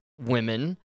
women